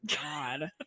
god